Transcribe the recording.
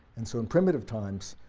and so in primitive times,